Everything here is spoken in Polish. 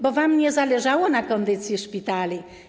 Bo wam nie zależało na kondycji szpitali.